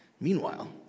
Meanwhile